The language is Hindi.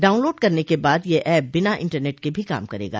डाउनलोड करने के बाद यह एप बिना इंटरनेट के भी काम करेगा